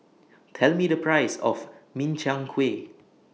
Tell Me The Price of Min Chiang Kueh